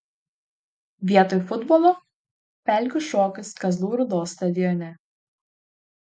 vietoj futbolo pelkių šokis kazlų rūdos stadione